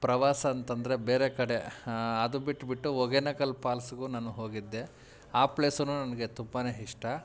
ಪ್ರವಾಸ ಅಂತಂದರೆ ಬೇರೆ ಕಡೆ ಅದು ಬಿಟ್ಟುಬಿಟ್ಟು ಹೊಗೆನಕಲ್ ಪಾಲ್ಸ್ಗೂ ನಾನು ಹೋಗಿದ್ದೆ ಆ ಪ್ಲೆಸೂ ನನಗೆ ತುಂಬಾ ಇಷ್ಟ